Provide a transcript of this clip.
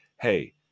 hey